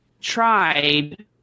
tried